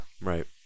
right